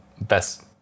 best